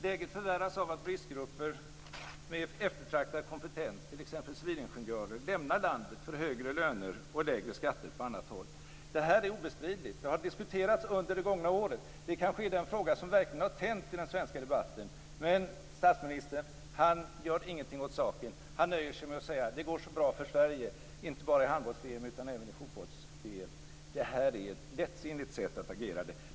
Läget förvärras av att bristgrupper med eftertraktad kompetens, t.ex. civilingenjörer, lämnar landet för högre löner och lägre skatter på annat håll. Detta är obestridligt. Det har diskuterats under det gångna året. Det är kanske den fråga som verkligen har tänt i den svenska debatten. Men statsministern gör ingenting åt det. Han nöjer sig med att säga: Det går så bra för Sverige, inte bara i handbolls-VM, utan även i fotbolls-VM. Det är ett lättsinnigt sätt att agera.